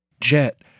JET